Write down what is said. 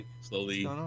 Slowly